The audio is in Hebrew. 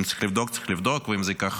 אם צריך לבדוק, צריך לבדוק, ואם זה ייקח